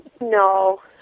No